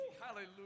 Hallelujah